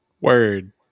Word